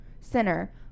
Center